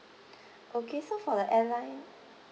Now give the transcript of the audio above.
okay so for the airline